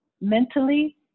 mentally